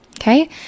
Okay